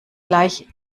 gleich